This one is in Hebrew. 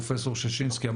פרופ' ששינסקי,